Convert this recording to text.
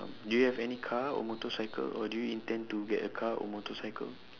do you have any car or motorcycle or do you intend to get a car or motorcycle